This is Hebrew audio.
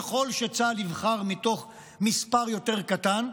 ככל שצה"ל יבחר מתוך מספר יותר קטן,